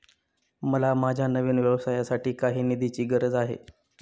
मला माझ्या नवीन व्यवसायासाठी काही निधीची गरज आहे